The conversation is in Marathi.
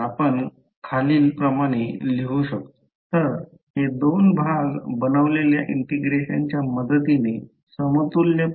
तर आपण लिहू शकतो X1sLt0tx2dτx1sL0tx2dτ 0t0x2dτx1s तर हे दोन भाग बनवलेल्या इंटिग्रेशनच्या मदतीने समतुल्यपणे प्रस्तुत केले जाऊ शकते